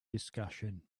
discussion